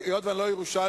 היות שאני לא ירושלמי,